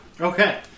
Okay